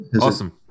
Awesome